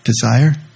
desire